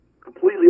completely